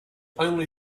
only